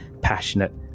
passionate